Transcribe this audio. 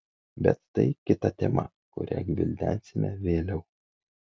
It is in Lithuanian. bet tai kita tema kurią gvildensime vėliau